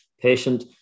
patient